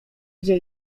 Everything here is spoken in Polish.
gdzie